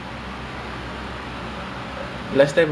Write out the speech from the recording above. oh my god so cringey I cannot